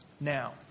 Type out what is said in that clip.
Now